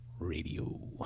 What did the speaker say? Radio